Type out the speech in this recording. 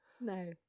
No